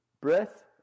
breath